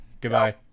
Goodbye